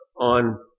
on